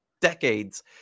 decades